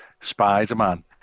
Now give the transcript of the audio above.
spider-man